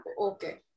Okay